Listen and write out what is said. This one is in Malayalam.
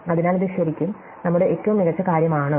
അതിനാൽ ഇത് ശരിക്കും നമ്മുടെ ഏറ്റവും മികച്ച കാര്യമാണോ